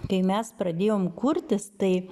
kai mes pradėjom kurtis tai